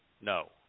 No